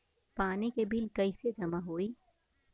पानी के बिल कैसे जमा होयी?